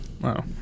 Wow